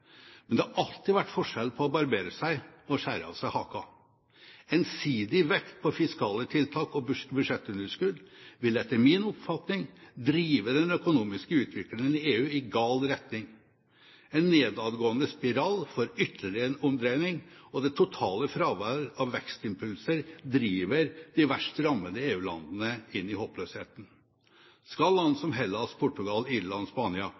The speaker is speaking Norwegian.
Men det har alltid vært forskjell på å barbere seg og å skjære av seg haka. Ensidig vekt på fiskale tiltak og budsjettunderskudd vil etter min oppfatning drive den økonomiske utviklingen i EU i gal retning. En nedadgående spiral får ytterligere en omdreining, og det totale fravær av vekstimpulser driver de verst rammede EU-landene inn i håpløsheten. Skal land som Hellas, Portugal, Irland og Spania